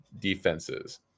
defenses